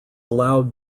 allowed